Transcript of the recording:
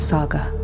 Saga